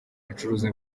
acuruza